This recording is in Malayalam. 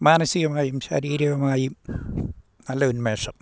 മാനസികമായും ശാരീരികമായും നല്ല ഉന്മേഷം